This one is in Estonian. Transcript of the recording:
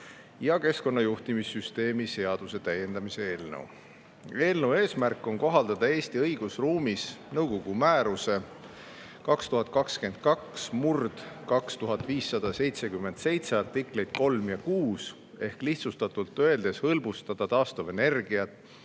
ja keskkonnajuhtimissüsteemi seaduse täiendamise [seaduse] eelnõu. Eelnõu eesmärk on kohaldada Eesti õigusruumis nõukogu määruse 2022/2577 artikleid 3 ja 6 ehk lihtsustatult öeldes hõlbustada taastuvenergia